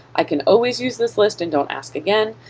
i can always use this list and don't ask again.